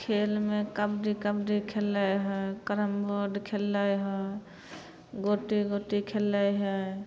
खेलमे कबडी कबडी खेलै हइ कैरम बोर्ड खेलै हइ गोटी गोटी खेलै हइ